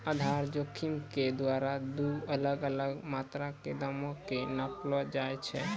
आधार जोखिम के द्वारा दु अलग अलग मात्रा के दामो के नापलो जाय छै